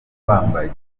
bambaye